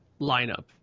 lineup